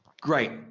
Great